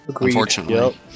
unfortunately